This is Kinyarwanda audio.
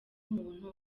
umuntu